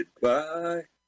Goodbye